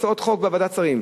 לדחיית הצעות חוק בוועדת שרים.